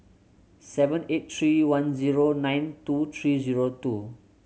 seven eight three one zero nine two three zero two